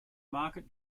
market